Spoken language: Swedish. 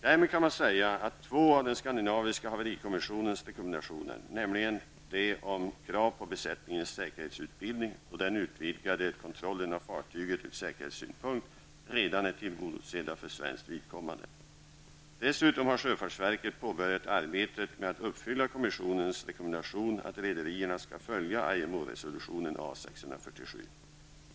Därmed kan man säga att två av den skandinaviska haverikommissionens rekommendationer, nämligen de om krav på besättningens säkerhetsutbildning och den utvidgade kontrollen av fartyget från säkerhetssynpunkt, redan är tillgodosedda för svenskt vidkommande. Dessutom har sjöfartsverket påbörjat arbetet med att uppfylla kommissionens rekommendation att rederier skall följa IMO-resolutionen A 647.